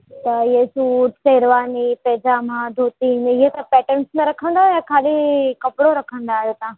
त इहे सूट शेरवानी पजामा धोती ने इहे सभु पैटन्स में रखंदा आहियो या ख़ाली कपिड़ो रखंदा आहियो तव्हां